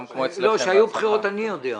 זה שהיו בחירות אני יודע.